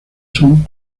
son